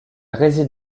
réside